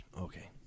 Okay